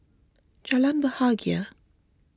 Jalan Bahagia